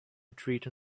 retreat